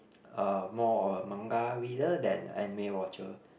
uh more of a manga reader than anime watcher